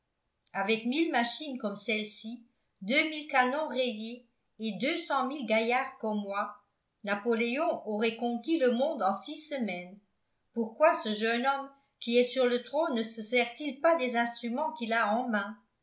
avec mille machines comme celle-ci deux mille canons rayés et deux cent mille gaillards comme moi napoléon aurait conquis le monde en six semaines pourquoi ce jeune homme qui est sur le trône ne se sert-il pas des instruments qu'il a en main